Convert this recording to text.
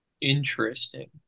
Interesting